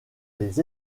des